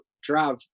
drive